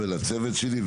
לצוות שלי,